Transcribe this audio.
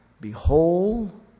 behold